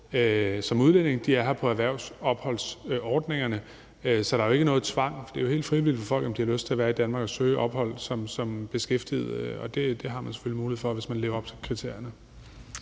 som udlændinge, er her på erhvervsopholdsordningerne, så der er jo ikke noget tvang. Det er helt frivilligt for folk, om de har lyst til at være i Danmark og søge ophold som beskæftigede, og det har man selvfølgelig mulighed for, hvis man lever op til kriterierne.